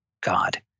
God